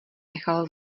nechal